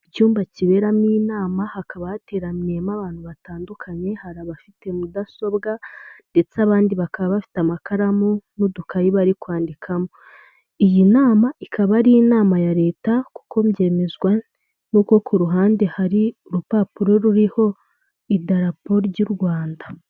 Icyumba kiberamo inama, hakaba hateraniyemo abantu batandukanye, hari abafite mudasobwa ndetse abandi bakaba bafite amakaramu n'udukayi bari kwandikamo, iyi nama ikaba ari inama ya leta kuko mbyemezwa n'uko ku ruhande hari urupapuro ruriho idarapo ry'Urwanda.